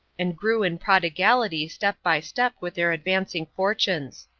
and grew in prodigality step by step with their advancing fortunes.